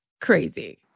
crazy